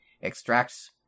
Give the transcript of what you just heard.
extracts